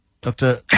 Doctor